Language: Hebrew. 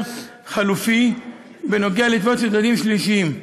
חלופי בנוגע לתביעות של צדדים שלישיים,